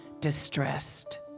distressed